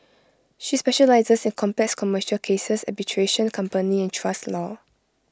she specialises in complex commercial cases arbitration company and trust law